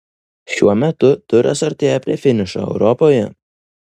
šiuo metu turas artėja prie finišo europoje